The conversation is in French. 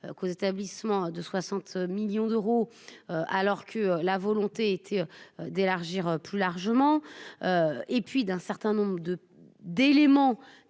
qu'aux établissements de 60 millions d'euros. Alors que la volonté. D'élargir plus largement. Et puis d'un certain nombre de d'éléments